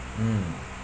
mm